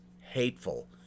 hateful